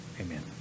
Amen